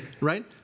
right